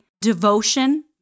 devotion